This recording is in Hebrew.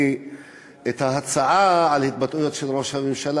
את ההצעה על ההתבטאויות של ראש הממשלה